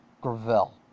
Gravel